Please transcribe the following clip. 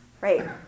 right